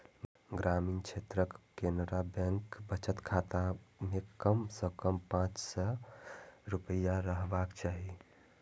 ग्रामीण क्षेत्रक केनरा बैंक बचत खाता मे कम सं कम पांच सय रुपैया रहबाक चाही